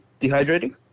Dehydrating